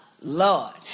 lord